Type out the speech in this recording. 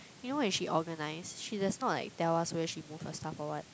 you know when she organise she does not like tell us where she move her stuff or what